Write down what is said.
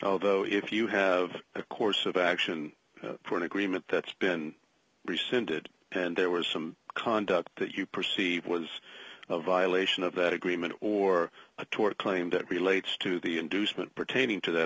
although if you have a course of action for an agreement that's been rescinded and it was some conduct that you perceive was a violation of that agreement or a tort claim that relates to the inducement pertaining to that